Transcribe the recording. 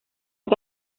que